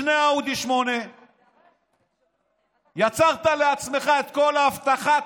שני אאודי 8. יצרת לעצמך את כל האבטחה,